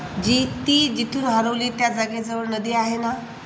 जी ती जिथून हरवली त्या जागेजवळ नदी आहे ना